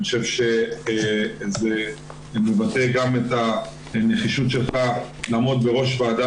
אני חושב שזה מבטא גם את הנחישות שלך לעמוד בראש ועדה